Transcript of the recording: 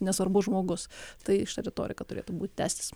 nesvarbus žmogus tai retorika turėtų būt tęstis